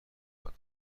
نوبت